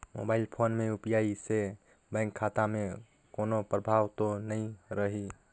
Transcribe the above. Mobile phone UPI यू.पी.आई से bank खाता मे कोनो प्रभाव तो नइ रही?